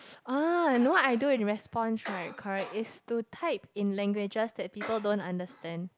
ah you know what I do in response right correct is to type in languages that people don't understand